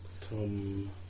Tom